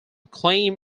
claim